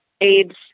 AIDS